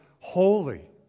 holy